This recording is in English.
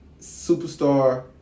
superstar